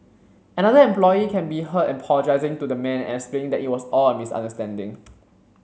another employee can be heard apologizing to the man and explaining that it was all a misunderstanding